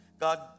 God